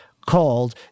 called